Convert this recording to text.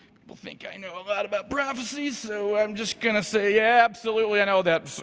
people think i know a lot about prophesy so i'm just gonna say, yeah, absolutely, i know that.